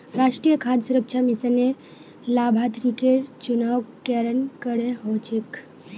राष्ट्रीय खाद्य सुरक्षा मिशनेर लाभार्थिकेर चुनाव केरन करें हो छेक